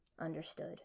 Understood